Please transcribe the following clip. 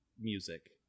music